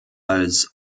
als